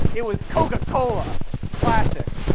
it was coca cola classic.